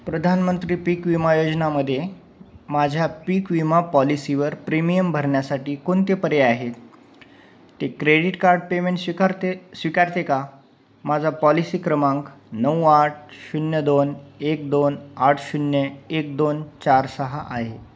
प्रधानमंत्री पीक विमा योजनेमध्ये माझ्या पीक विमा पॉलिसीवर प्रीमियम भरण्यासाठी कोणते पर्याय आहेत ते क्रेडिट कार्ड पेमेंट स्वीकारते स्वीकारते का माझा पॉलिसी क्रमांक नऊ आठ शून्य दोन एक दोन आठ शून्य एक दोन चार सहा आहे